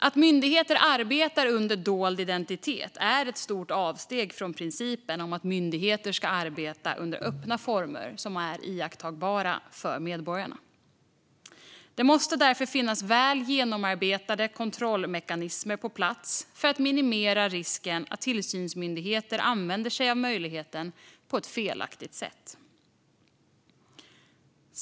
Att myndigheter arbetar under dold identitet är ett stort avsteg från principen om att myndigheter ska arbeta under öppna former som är iakttagbara för medborgarna. Det måste därför finnas väl genomarbetade kontrollmekanismer på plats för att minimera risken att tillsynsmyndigheter använder sig av möjligheten på ett felaktigt sätt.